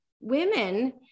women